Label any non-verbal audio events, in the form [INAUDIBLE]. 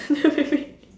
[LAUGHS]